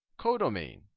codomain